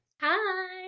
hi